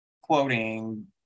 quoting